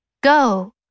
Go